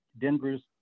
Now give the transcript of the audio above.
Denver's